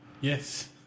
Yes